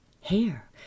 hair